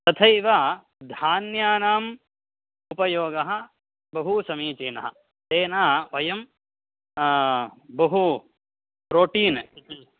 तथैव धान्यानाम् उपयोगः बहु समीचीनः तेन वयं बहु प्रोटीन् इति